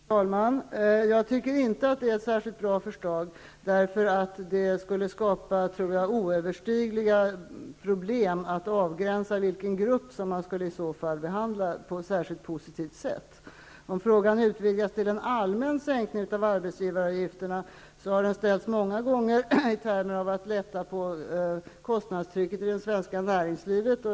Fru talman! Jag tycker inte att det är ett särskilt bra förslag. Jag tror att det skulle skapa oöverstigliga problem att avgränsa vilka grupper man i så fall skulle behandla på ett särskilt positivt sätt. Om frågan utvidgas till att gälla en allmän sänkning av arbetsgivaravgifterna vill jag säga att frågan har ställts många gånger, varvid det framhållits att man borde lätta på kostnadstrycket för det svenska näringslivet.